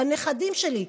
לנכדים שלי,